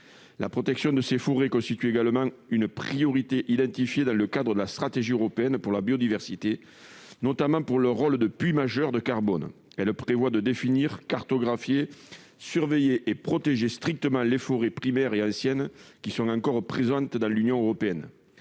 La protection de ces forêts constitue une priorité identifiée dans le cadre de la stratégie européenne pour la biodiversité, notamment en raison de leur rôle de puits majeur de carbone. Il est prévu de définir, cartographier, surveiller et protéger strictement les forêts primaires et anciennes encore présentes dans l'Union européenne.